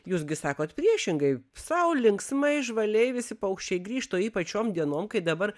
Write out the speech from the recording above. jūs gi sakot priešingai sau linksmai žvaliai visi paukščiai grįžta o ypač šiom dienom kai dabar